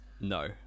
no